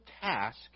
task